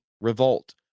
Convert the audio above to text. revolt